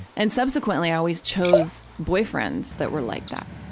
and subsequently, i always chose boyfriends that were like that,